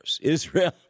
Israel